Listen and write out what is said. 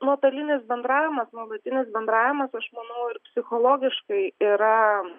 nuotolinis bendravimas nuolatinis bendravimas aš manau ir psichologiškai yra